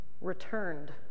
returned